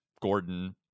Gordon